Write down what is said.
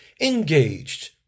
engaged